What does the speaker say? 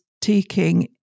taking